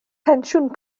pensiwn